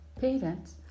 Parents